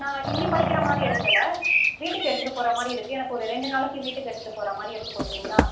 நான் இங்கே படிக்கிற மாதிரி எடுக்கலை வீட்டுக்கு எடுத்துகிட்டு போகிற மாதிரி இருக்கு எனக்கு ஒரு ரெண்டு நாளைக்கு வீட்டுக்கு எடுத்துகிட்டு போகிற மாதிரி எடுத்து கொடுக்குறீங்ளா